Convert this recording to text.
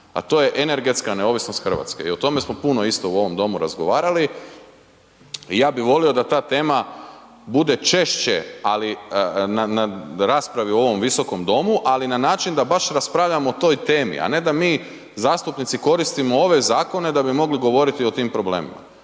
a to je energetska neovisnost Hrvatske i o tome smo puno isto u ovom domu razgovarali, ja bi volio da ta tema bude češće ali na raspravi u ovom Visokom domu ali na način da baš raspravljamo o toj temi a ne da mi zastupnici koristimo ove zakone da bi mogli govoriti o tim problemima.